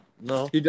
no